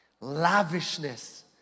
lavishness